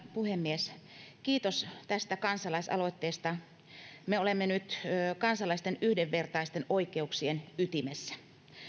puhemies kiitos tästä kansalaisaloitteesta me olemme nyt kansalaisten yhdenvertaisten oikeuksien ytimessä